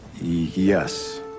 yes